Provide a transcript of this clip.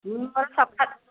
ମୁଁ ମୋର ସକାଳୁ